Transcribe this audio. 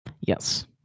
Yes